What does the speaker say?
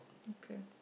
okay